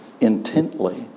intently